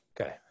Okay